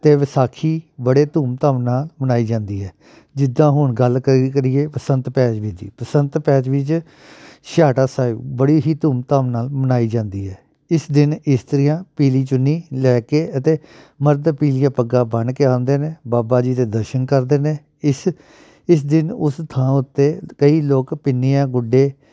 ਅਤੇ ਵਿਸਾਖੀ ਬੜੇ ਧੂਮ ਧਾਮ ਨਾਲ ਮਨਾਈ ਜਾਂਦੀ ਹੈ ਜਿੱਦਾਂ ਹੁਣ ਗੱਲ ਕਰੀਏ ਬਸੰਤ ਪੈ ਜਾਵੇ ਜੀ ਬਸੰਤ ਪੈਚਵੀਂ 'ਚ ਛਿਹਾਟਾ ਸਾਹਿਬ ਬੜੀ ਹੀ ਧੂਮ ਧਾਮ ਨਾਲ ਮਨਾਈ ਜਾਂਦੀ ਹੈ ਇਸ ਦਿਨ ਇਸਤਰੀਆਂ ਪੀਲੀ ਚੁੰਨੀ ਲੈ ਕੇ ਅਤੇ ਮਰਦ ਪੀਲੀਆਂ ਪੱਗਾਂ ਬੰਨ ਕੇ ਆਉਂਦੇ ਨੇ ਬਾਬਾ ਜੀ ਦੇ ਦਰਸ਼ਨ ਕਰਦੇ ਨੇ ਇਸ ਇਸ ਦਿਨ ਉਸ ਥਾਂ ਉੱਤੇ ਕਈ ਲੋਕ ਪਿੰਨੀਆਂ ਗੁੱਡੇ